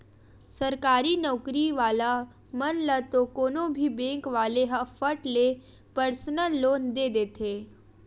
सरकारी नउकरी वाला मन ल तो कोनो भी बेंक वाले ह फट ले परसनल लोन दे देथे